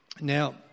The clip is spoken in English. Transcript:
Now